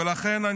ולכן,